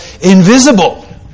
invisible